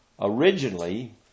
originally